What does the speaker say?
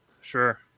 Sure